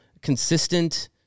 consistent